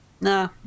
Nah